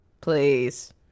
Please